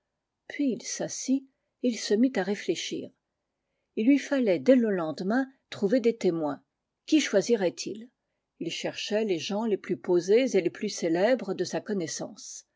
puis il s'assit et il se mit à réfléchir lui fallait dès le matin trouver des témoins qui choisirait il il cherchait les gens les plus posés et les plus célèbres de sa connaissance